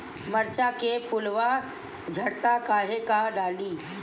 मिरचा के फुलवा झड़ता काहे का डाली?